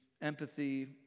empathy